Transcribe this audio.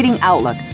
Outlook